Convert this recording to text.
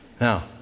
Now